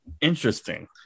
interesting